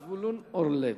חבר הכנסת זבולון אורלב.